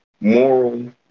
moral